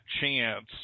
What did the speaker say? chance